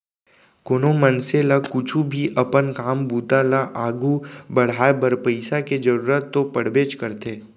कोनो मनसे ल कुछु भी अपन काम बूता ल आघू बढ़ाय बर पइसा के जरूरत तो पड़बेच करथे